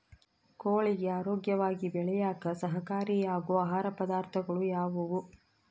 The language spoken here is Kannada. ಕೋಳಿಗೆ ಆರೋಗ್ಯವಾಗಿ ಬೆಳೆಯಾಕ ಸಹಕಾರಿಯಾಗೋ ಆಹಾರ ಪದಾರ್ಥಗಳು ಯಾವುವು?